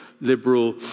liberal